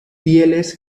fieles